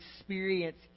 experience